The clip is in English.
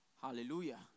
Hallelujah